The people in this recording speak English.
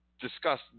discuss